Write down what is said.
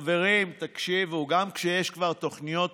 חברים, תקשיבו, גם כשיש כבר תוכניות